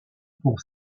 pour